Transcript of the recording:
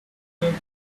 placed